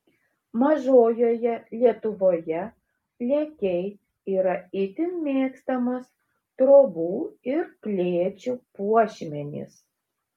mažojoje lietuvoje lėkiai yra itin mėgstamas trobų ir klėčių puošmenys